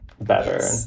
better